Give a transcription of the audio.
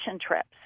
trips